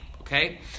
okay